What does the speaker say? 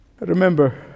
Remember